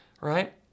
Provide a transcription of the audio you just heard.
Right